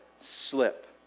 slip